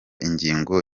ingingo